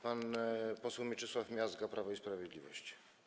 Pan poseł Mieczysław Miazga, Prawo i Sprawiedliwość.